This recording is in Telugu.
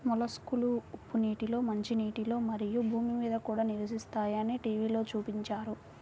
మొలస్క్లు ఉప్పు నీటిలో, మంచినీటిలో, మరియు భూమి మీద కూడా నివసిస్తాయని టీవిలో చూపించారు